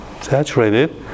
Saturated